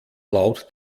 laut